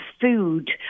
food